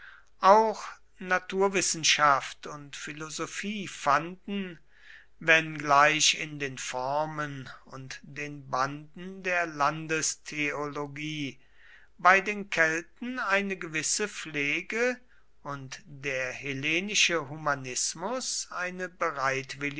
auch naturwissenschaft und philosophie fanden wenngleich in den formen und den banden der landestheologie bei den kelten eine gewisse pflege und der hellenische humanismus eine